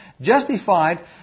Justified